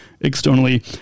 externally